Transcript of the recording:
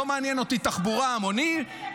לא מעניינת אותי תחבורה המונית.